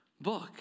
book